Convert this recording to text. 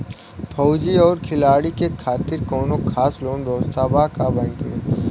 फौजी और खिलाड़ी के खातिर कौनो खास लोन व्यवस्था बा का बैंक में?